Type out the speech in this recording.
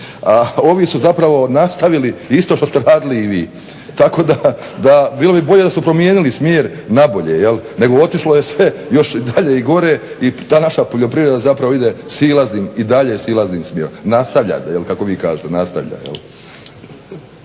a ovi su zapravo nastavili isto što ste radili i vi. Tako da, bilo bi bolje da su promijenili smjer na bolje, jer, nego otišlo je sve još dalje i gore i ta naša poljoprivreda zapravo ide silaznim i dalje silaznim smjerom, nastavljate kako vi kažete, nastavlja.